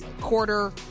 quarter